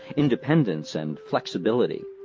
independence and flexibility,